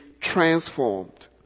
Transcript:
transformed